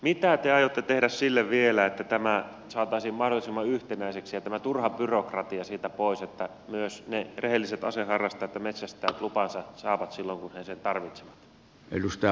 mitä te aiotte tehdä sille vielä että tämä saataisiin mahdollisimman yhtenäiseksi ja tämä turha byrokratia siitä pois että myös ne rehelliset aseharrastajat ja metsästäjät lupansa saavat silloin kun he sen tarvitsevat